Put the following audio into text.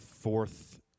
fourth